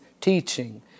teaching